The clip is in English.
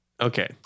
Okay